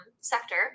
sector